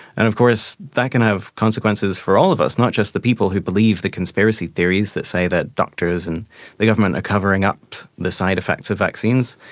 and of course that can have consequences for all of us, not just the people who believe the conspiracy theories that say that doctors and the government are covering up the side effects of vaccines.